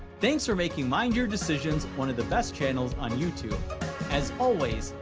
things are making mind your decisions one of the best channels on youtube as always.